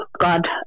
God